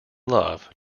love